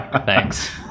thanks